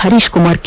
Harishkumar K